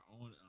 own